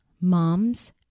moms